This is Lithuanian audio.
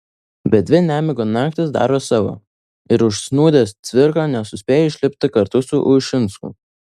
bet dvi nemigo naktys daro savo ir užsnūdęs cvirka nesuspėja išlipti kartu su ušinsku